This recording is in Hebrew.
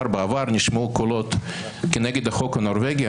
בעבר נשמעו קולות כנגד החוק הנורבגי.